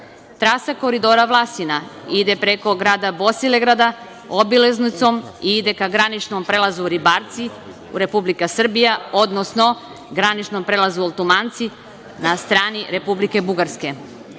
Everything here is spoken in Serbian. Koridora Vlasina ide preko grada Bosilegrada, obilaznicom i ide ka graničnom prelazu Ribarci, Republika Srbija, odnosno graničnom prelazu Oltomanci na strani Republike Bugarske,